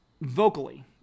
vocally